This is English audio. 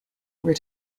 were